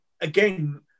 again